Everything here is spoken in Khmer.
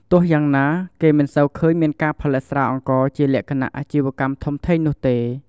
ទោះយ៉ាងណា គេមិនសូវឃើញមានការផលិតស្រាអង្ករជាលក្ខណៈអាជីវកម្មធំធេងនោះទេ។